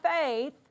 faith